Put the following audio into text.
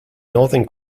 norton